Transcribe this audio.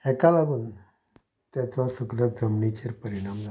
हाका लागून ताचो सगल्या जमनीचेर परिणाम जाता